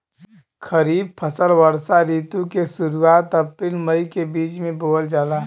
खरीफ फसल वषोॅ ऋतु के शुरुआत, अपृल मई के बीच में बोवल जाला